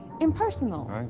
impersonal